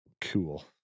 Cool